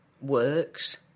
works